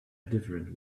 different